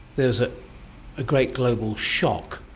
there was a great global shock.